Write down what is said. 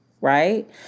Right